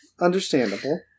Understandable